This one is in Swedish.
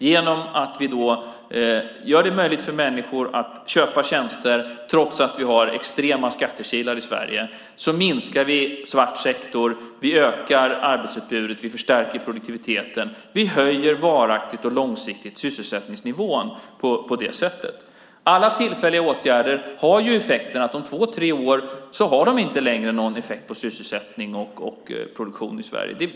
Genom att vi gör det möjligt för människor att köpa tjänster trots att vi har extrema skattekilar i Sverige minskar vi den svarta sektorn, ökar arbetsutbudet och förstärker produktiviteten. Vi höjer varaktigt och långsiktigt sysselsättningsnivån på det sättet. Alla tillfälliga åtgärder har den effekten att de om två tre år inte längre har någon effekt på sysselsättning och produktion i Sverige.